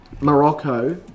Morocco